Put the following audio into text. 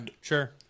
Sure